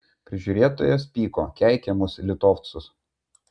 prižiūrėtojas pyko keikė mus litovcus